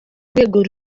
urwego